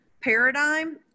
paradigm